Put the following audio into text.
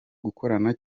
gukorana